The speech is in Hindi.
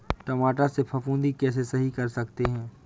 टमाटर से फफूंदी कैसे सही कर सकते हैं?